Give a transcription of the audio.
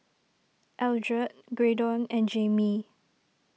Eldred Graydon and Jaimee